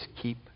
keep